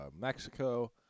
Mexico